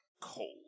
cold